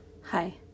Hi